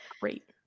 great